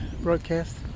broadcast